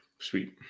Sweet